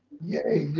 yay.